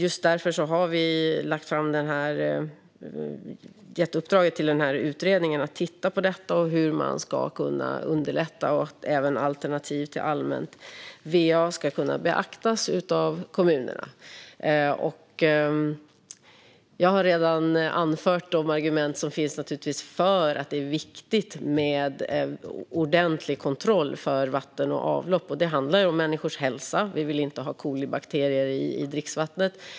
Just därför har vi gett jätteuppdraget till utredningen att titta på detta och hur man ska kunna underlätta så att även alternativ till allmänt va ska kunna beaktas av kommunerna. Jag har redan anfört de argument som finns för att det är viktigt med ordentlig kontroll för vatten och avlopp. Det handlar om människors hälsa. Vi vill inte ha kolibakterier i dricksvattnet.